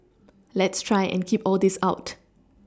let's try and keep all this out